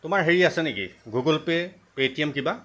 তোমাৰ হেৰি আছে নেকি Google Pay Paytm কিবা